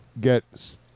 get